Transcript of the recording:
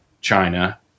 China